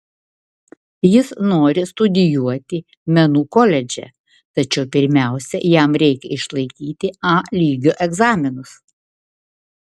jis nori studijuoti menų koledže tačiau pirmiausia jam reikia išlaikyti a lygio egzaminus